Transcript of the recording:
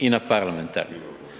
na parlamentarnim.